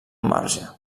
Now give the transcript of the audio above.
marge